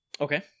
Okay